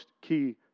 key